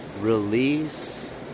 release